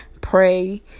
pray